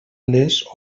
les